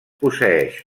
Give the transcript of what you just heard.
posseeix